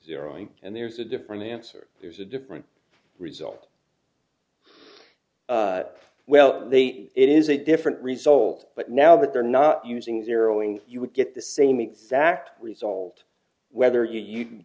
zeroing and there's a different answer there's a different result well it is a different result but now that they're not using zeroing you would get the same exact result whether you